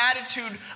attitude